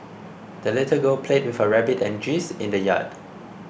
the little girl played with her rabbit and geese in the yard